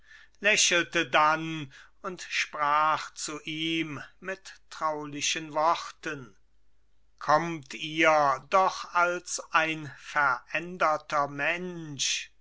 lächelte dann und sprach zu ihm mit traulichen worten kommt ihr doch als ein veränderter mensch